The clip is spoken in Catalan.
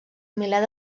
miler